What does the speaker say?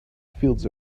fields